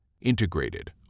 Integrated